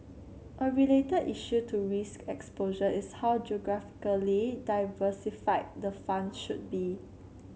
a related issue to risk exposure is how geographically diversified the fund should be